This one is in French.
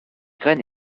graines